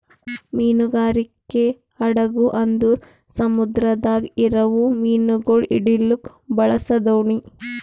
ಮೀನುಗಾರಿಕೆ ಹಡಗು ಅಂದುರ್ ಸಮುದ್ರದಾಗ್ ಇರವು ಮೀನುಗೊಳ್ ಹಿಡಿಲುಕ್ ಬಳಸ ದೋಣಿ